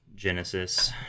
Genesis